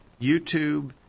YouTube